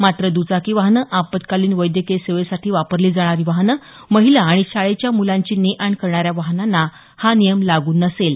मात्र द्चाकी वाहनं आपत्कालीन वैद्यकीय सेवेसाठी वापरली जाणारी वाहनं महिला आणि शाळेच्या म्लांची ने आण करणाऱ्या वाहनांना हा नियम लागू नसेल